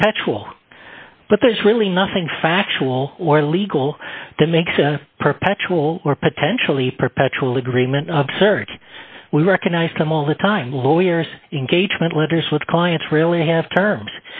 perpetual but there's really nothing factual or legal that makes a perpetual or potentially perpetual agreement absurd we recognize them all the time lawyers engagement letters with clients really have terms